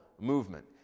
movement